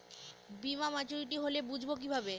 বীমা মাচুরিটি হলে বুঝবো কিভাবে?